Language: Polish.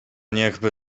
niechby